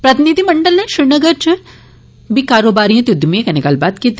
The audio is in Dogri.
प्रतिनिधिमंडल नै श्रीनगर च बी कारोबारिए ते उद्यमिएं कन्नै गल्लबात कीती